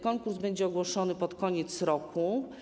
Konkurs będzie ogłoszony pod koniec roku.